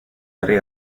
arriba